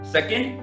Second